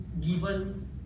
given